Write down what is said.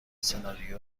سناریو